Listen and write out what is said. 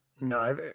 No